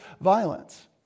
violence